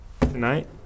tonight